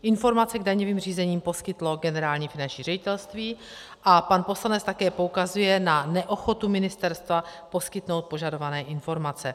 Informaci k daňovým řízením poskytlo Generální finanční ředitelství a pan poslanec také poukazuje na neochotu ministerstva poskytnout požadované informace.